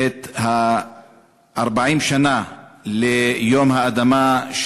40 שנה ליום האדמה,